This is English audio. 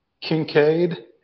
Kincaid